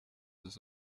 this